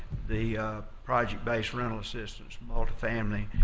the project-based rental assistance, multi-family.